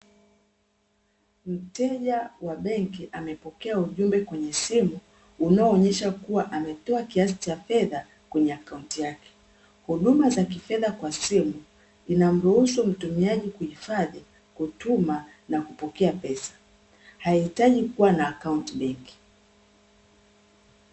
Mteja wa benki amepokea ujumbe kwenye simu, unaoonyesha kuwa ametoa kiasi cha fedha, kwenye akaunti yake. Huduma za kifedha kwa simu, inamruhusu mtumiaji: kuhifadhi, kutuma na kupokea pesa. Hahitaji kuwa na akaunti benki.